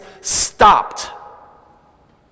stopped